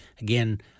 again